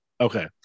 Okay